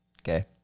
Okay